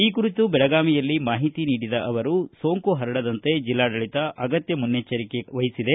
ಈ ಕುರಿತು ಬೆಳಗಾವಿಯಲ್ಲಿ ಮಾಹಿತಿ ನೀಡಿದ ಅವರು ಸೋಂಕು ಪರಡದಂತೆ ಜಿಲ್ಲಾಡಳಿತ ಅಗತ್ಯ ಮುನ್ನಚ್ಚರಿಕೆ ವಹಿಸಿದೆ